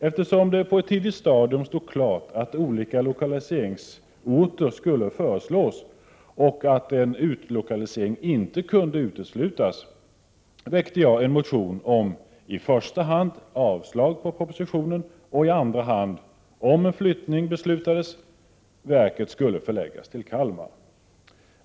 Eftersom det på ett tidigt stadium stod klart att olika lokaliseringsorter skulle föreslås och att en utlokalisering inte kunde uteslutas väckte jag en motion om i första hand avslag på propositionen och i andra hand, om man fattade beslut om en flyttning, en förläggning av verket till Kalmar.